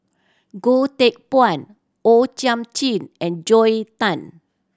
Goh Teck Phuan O Thiam Chin and Joel Tan